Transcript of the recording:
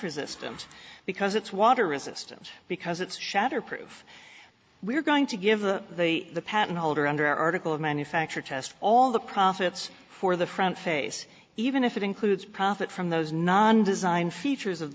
resistant because it's water resistant because it's shatterproof we're going to give the patent holder under article of manufacture test all the profits for the front face even if it includes profit from those non design features of